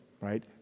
right